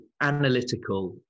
analytical